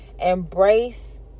Embrace